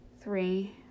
three